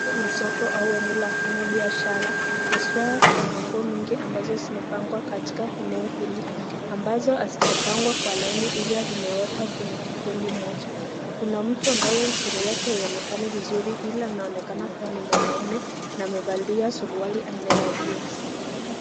Hii ni soko au eneo la kufanya biashara haswa kuna manguo mingi ambazo zimepangwa katika eneo hili ambazo hazijapangwa kwa laini ila zimewekwa kwenye kikundi moja. Kuna mtu ambaye sura yake haionekani vizuri ila anaonekana kuwa ni mwanaume na amevalia suruali aina ya jeans .